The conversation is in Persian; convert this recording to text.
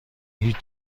هیچ